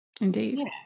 indeed